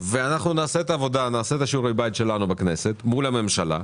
אנחנו נעשה את שיעורי הבית שלנו בכנסת מול הממשלה,